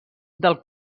del